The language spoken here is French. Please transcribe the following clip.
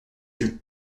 yeux